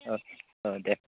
अ अ दे